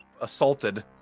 assaulted